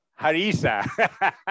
Harissa